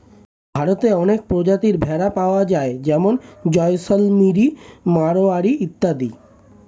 ভারতে অনেক প্রজাতির ভেড়া পাওয়া যায় যেমন জয়সলমিরি, মারোয়ারি ইত্যাদি